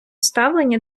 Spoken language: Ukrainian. ставлення